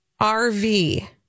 RV